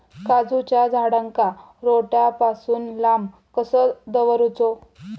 काजूच्या झाडांका रोट्या पासून लांब कसो दवरूचो?